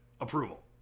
approval